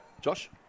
Josh